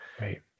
Right